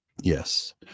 yes